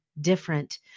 different